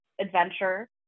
adventure